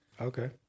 Okay